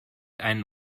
einen